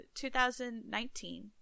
2019